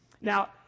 Now